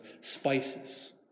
spices